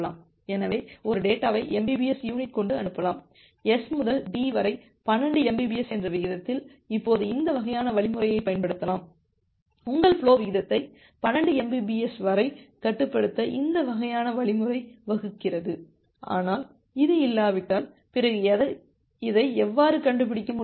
எனவே ஒரு டேட்டாவை mbps யுனிட் கொண்டு அனுப்பலாம் S முதல் D வரை 12 mbps என்ற விகிதத்தில் இப்போது இந்த வகையான வழிமுறையைப் பயன்படுத்தலாம் உங்கள் ஃபுலோ விகிதத்தை 12 mbps வரை கட்டுப்படுத்த இந்த வகையான வழிமுறை வகுக்கிறது ஆனால் இது இல்லாவிட்டால் பிறகு இதை எவ்வாறு கண்டுபிடிக்க முடியும்